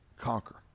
conquer